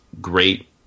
great